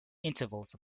intervals